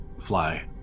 fly